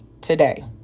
today